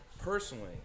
personally